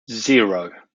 zero